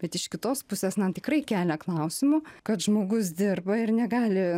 bet iš kitos pusės na tikrai kelia klausimų kad žmogus dirba ir negali